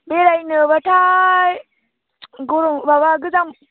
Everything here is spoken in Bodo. बेरायनोबाथाय गरम माबा गोजां